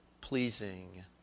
pleasing